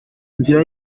nzira